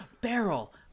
barrel